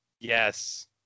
Yes